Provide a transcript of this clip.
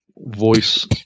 voice